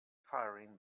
firing